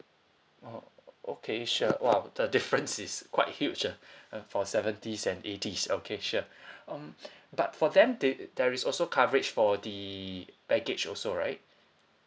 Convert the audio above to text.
oh okay sure !wow! the difference is quite huge ah uh for seventies and eighties okay sure um but for them they there is also coverage for the baggage also right